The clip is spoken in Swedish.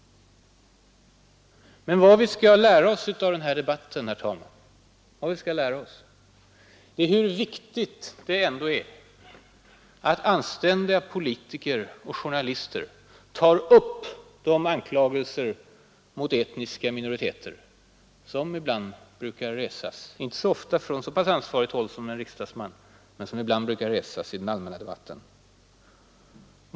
Men vad vi skall lära oss av denna debatt, herr talman, är hur viktigt det ändå är att anständiga politiker och journalister tar upp de anklagelser mot etniska minoriteter som ibland brukar resas i den allmänna debatten.